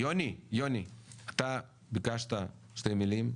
יוני, ביקשת שתי מילים.